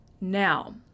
now